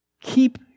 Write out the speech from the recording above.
Keep